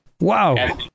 wow